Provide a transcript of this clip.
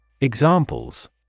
Examples